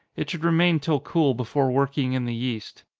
it should remain till cool before working in the yeast.